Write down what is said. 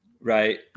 right